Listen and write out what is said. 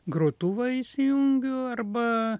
grotuvą įsijungiu arba